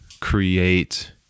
create